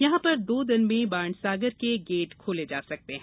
यहां एक दो दिन में बांणसागर के गेट खोले जा सकते है